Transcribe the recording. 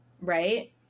right